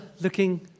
looking